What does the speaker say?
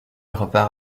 repart